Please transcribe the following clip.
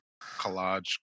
collage